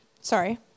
Sorry